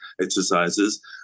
exercises